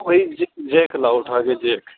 کوئی جیک لاؤ اٹھا کے جیک